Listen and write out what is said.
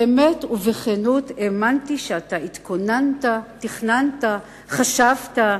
באמת ובכנות האמנתי שאתה התכוננת, תכננת, חשבת.